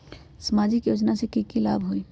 सामाजिक योजना से की की लाभ होई?